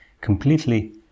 completely